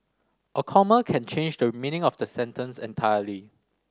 a comma can change the meaning of the sentence entirely